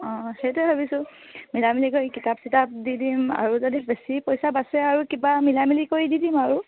অঁ সেইটোৱে ভাবিছোঁ মিলামিলি কৰি কিতাপ চিতাপ দি দিম আৰু যদি বেছি পইছা বাছে আৰু কিবা মিলামিলি কৰি দি দিম আৰু